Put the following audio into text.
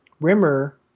Rimmer